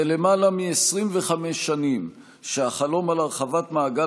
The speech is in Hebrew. זה למעלה מ-25 שנים שהחלום על הרחבת מעגל